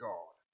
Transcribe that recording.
God